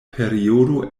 periodo